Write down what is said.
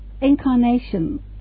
incarnation